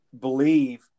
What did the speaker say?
believe